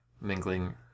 mingling